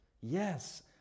Yes